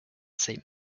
saint